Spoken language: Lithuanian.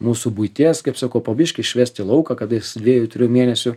nu su buities kaip sakau po biškį išvest lauką kada jis dviejų trijų mėnesių